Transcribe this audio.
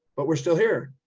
but we're still here.